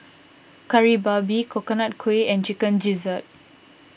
Kari Babi Coconut Kuih and Chicken Gizzard